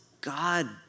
God